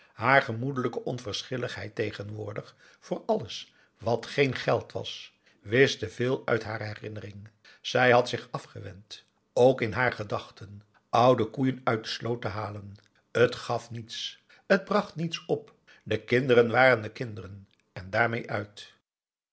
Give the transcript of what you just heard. haar gemoedelijke onverschilligheid tegenwoordig voor alles wat geen geld was wischte veel uit haar herinnering zij had zich afgewend ook in haar gedachten oude koeien uit de sloot te halen het gaf niets het bracht niets op de kinderen waren de kinderen en daarmee uit